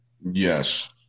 Yes